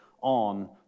on